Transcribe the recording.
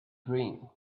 dream